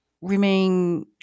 remain